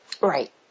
Right